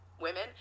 women